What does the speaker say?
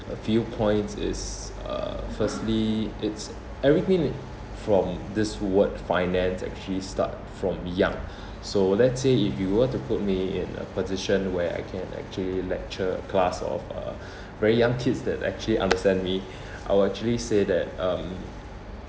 a few points is uh firstly it's everything from this word finance actually start from young so let's say if you were to put me in a position where I can actually lecture a class of uh very young kids that actually understand me I will actually say that um